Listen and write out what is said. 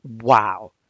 Wow